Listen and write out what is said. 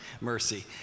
Mercy